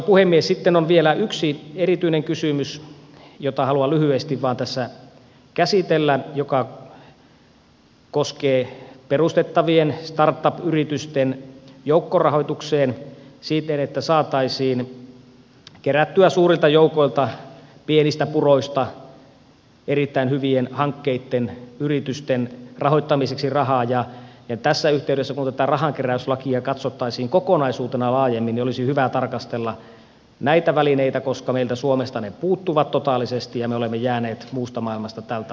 sitten on vielä yksi erityinen kysymys jota haluan lyhyesti vain tässä käsitellä ja joka koskee perustettavien startup yritysten joukkorahoitusta siten että saataisiin kerättyä suurilta joukoilta pienistä puroista erittäin hyvien hankkeitten yritysten rahoittamiseksi rahaa ja tässä yhteydessä kun tätä rahankeräyslakia katsottaisiin kokonaisuutena laajemmin olisi hyvä tarkastella näitä välineitä koska meiltä suomesta ne puuttuvat totaalisesti ja me olemme jääneet muusta maailmasta tältä osin jälkeen